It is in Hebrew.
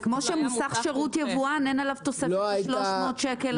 זה כמו שלמוסך שירות יבואן אין עליו תוספת של 300 שקלים.